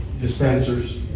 Dispensers